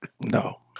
No